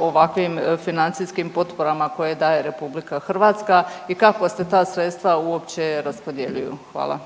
ovakvim financijskim potporama koje daje RH i kako se ta sredstva uopće raspodjeljuju? Hvala.